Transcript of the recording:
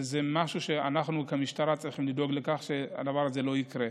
וזה משהו שאנחנו כמשטרה צריכים לדאוג שהדבר הזה לא יקרה.